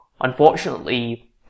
Unfortunately